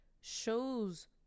shows